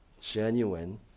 genuine